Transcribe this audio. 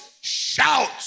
shout